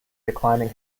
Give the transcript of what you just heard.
declining